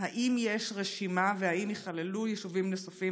האם יש רשימה והאם ייכללו יישובים נוספים?